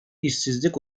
işsizlik